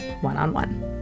one-on-one